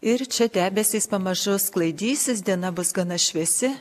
ir čia debesys pamažu sklaidysis diena bus gana šviesi